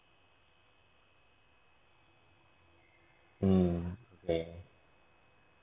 mm a